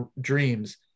dreams